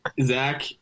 Zach